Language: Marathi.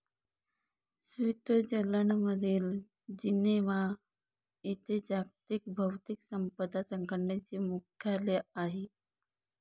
स्वित्झर्लंडमधील जिनेव्हा येथे जागतिक बौद्धिक संपदा संघटनेचे मुख्यालय आहे